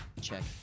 check